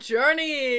Journey